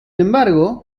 embargo